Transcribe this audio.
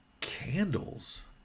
Candles